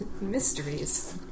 Mysteries